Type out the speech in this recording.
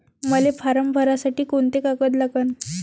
मले फारम भरासाठी कोंते कागद लागन?